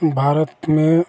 भारत में